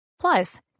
Plus